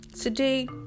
today